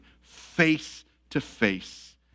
face-to-face